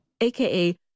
aka